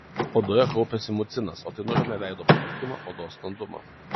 odoje kaupiasi mucinas o tai nulemia veido paburkimą odos standumą